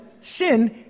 sin